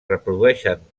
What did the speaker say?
reprodueixen